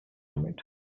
admit